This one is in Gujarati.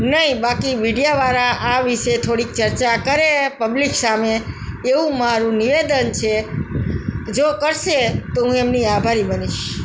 નહીં બાકી મીડિયાવાળા આ વિશે થોડીક ચર્ચા કરે પબ્લિક સામે એવું મારું નિવેદન છે જો કરશે તો હું એમની આભારી બનીશ